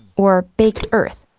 or baked earth,